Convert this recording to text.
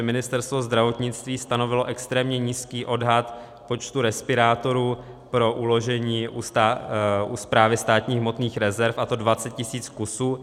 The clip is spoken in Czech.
Ministerstvo zdravotnictví stanovilo extrémně nízký odhad počtu respirátorů pro uložení u Správy státních hmotných rezerv, a to 20 tisíc kusů.